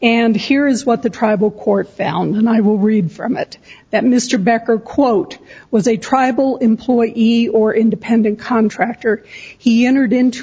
and here is what the tribal court found and i will read from it that mr becker quote was a tribal employee or independent contractor he entered into